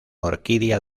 orquídea